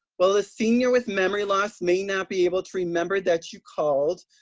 while a senior with memory loss may not be able to remember that you called,